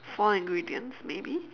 four ingredients maybe